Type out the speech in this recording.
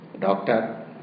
doctor